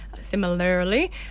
Similarly